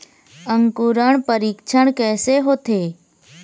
अंकुरण परीक्षण कैसे होथे?